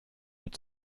mit